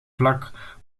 vlak